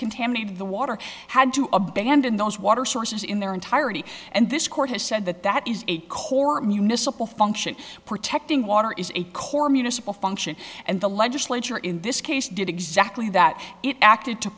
contaminated the water had to abandon those water sources in their entirety and this court has said that that is a court municipal function protecting water is a core municipal function and the legislature in this case did exactly that it acted to